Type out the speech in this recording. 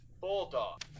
Bulldog